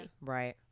right